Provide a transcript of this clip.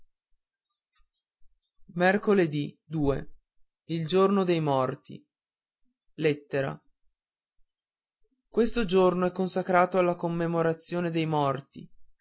piedi il giorno dei morti dì uesto giorno è consacrato alla commemorazione dei morti